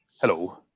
hello